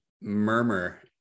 murmur